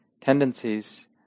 tendencies